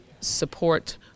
support